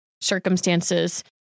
circumstances